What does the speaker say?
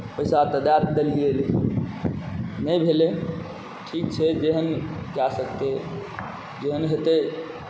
पैसा तऽ दए देलियै लेकिन नहि भेलै ठीक छै जेहन कए सकतै जेहन हेतै